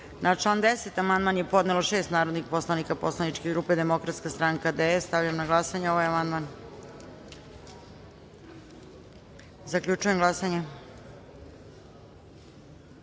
član 10. amandman je podnelo šest narodnih poslanika poslaničke grupe Demokratska stranka - DS.Stavljam na glasanje ovaj amandman. Zaključujem glasanje: